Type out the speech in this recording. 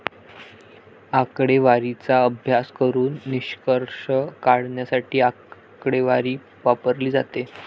आकडेवारीचा अभ्यास करून निष्कर्ष काढण्यासाठी आकडेवारी वापरली जाते